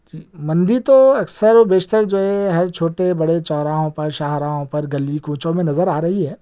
جی مندی تو اکثر و بیشتر جو ہے ہر چھوٹے بڑے چوراہوں پر شاہراہوں پر گلی کوچوں میں نظر آ رہی ہے